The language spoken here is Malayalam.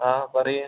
അ പറയ്